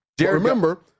Remember